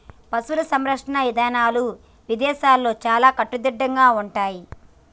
పశువుల సంరక్షణ ఇదానాలు ఇదేశాల్లో చాలా కట్టుదిట్టంగా ఉంటయ్యి